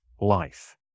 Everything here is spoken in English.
life